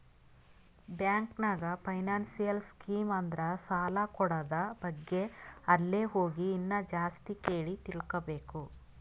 bank ನಾಗ್ financial scheme ಅಂದುರ್ ಸಾಲ ಕೂಡದ್ ಬಗ್ಗೆ ಅಲ್ಲೇ ಹೋಗಿ ಇನ್ನಾ ಜಾಸ್ತಿ ಕೇಳಿ ತಿಳ್ಕೋಬೇಕು